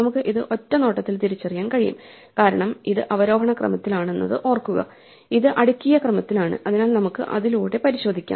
നമുക്ക് ഇത് ഒറ്റ നോട്ടത്തിൽ തിരിച്ചറിയാൻ കഴിയും കാരണം ഇത് അവരോഹണ ക്രമത്തിലാണെന്നത് ഓർക്കുക ഇത് അടുക്കിയ ക്രമത്തിലാണ് അതിനാൽ നമുക്ക് അതിലൂടെ പരിശോധിക്കാം